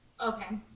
okay